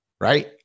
right